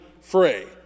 fray